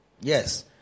Yes